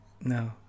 No